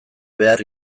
behar